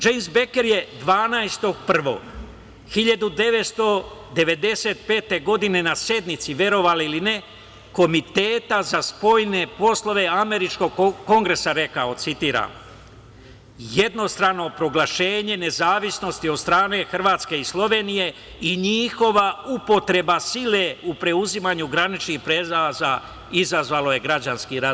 Džejms Beker je 12. 1. 1995. godine, na sednici, verovali ili ne, Komiteta za spoljne poslove američkog Kongresa rekao: "Jednostrano proglašenje nezavisnosti od strane Hrvatske i Slovenije i njihova upotreba sile u preuzimanju graničnih prelaza izazvalo je građanski rat"